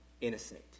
innocent